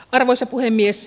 arvoisa puhemies